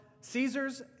Caesar's